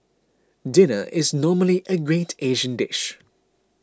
dinner is normally a great Asian dish